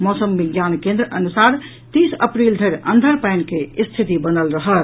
मौसम विज्ञान केन्द्रक अनुसार तीस अप्रील धरि अंधर पानि के रिथति बनल रहत